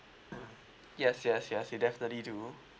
yes yes yes we definitely do